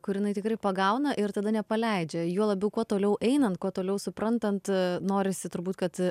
kur jinai tikrai pagauna ir tada nepaleidžia juo labiau kuo toliau einant kuo toliau suprantant norisi turbūt kad